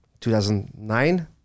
2009